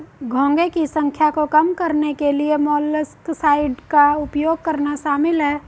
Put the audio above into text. घोंघे की संख्या को कम करने के लिए मोलस्कसाइड्स का उपयोग करना शामिल है